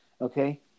Okay